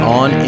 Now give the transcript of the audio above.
on